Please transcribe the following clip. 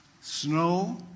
snow